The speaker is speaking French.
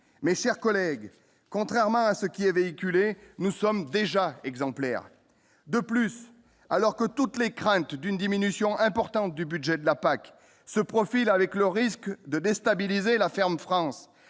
mes chers collègues, contrairement à ce qui est véhiculé, nous sommes déjà exemplaire de plus alors que toutes les craintes d'une diminution importante du budget de la Pac se profile avec le risque de déstabiliser la ferme France